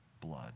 blood